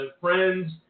friends